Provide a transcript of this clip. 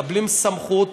מקבלים סמכות,